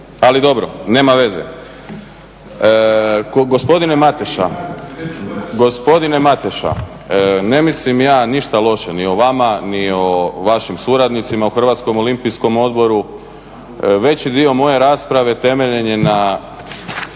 Gospodine Mateša, gospodine Mateša ne mislim ja ništa loše ni o vama, ni o vašim suradnicima u Hrvatskom olimpijskom odboru. Veći dio moje rasprave temeljen je na,